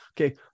Okay